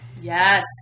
Yes